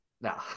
No